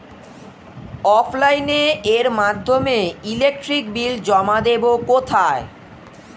অফলাইনে এর মাধ্যমে ইলেকট্রিক বিল জমা দেবো কোথায়?